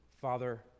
Father